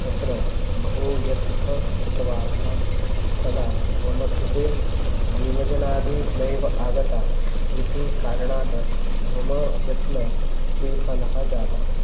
तत्र बहु यत्नं कृतवान् तदा मम कृते निमज्जनादि नैव आगतः इति कारणात् मम यत्न विफलः जातः